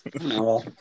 No